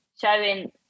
showing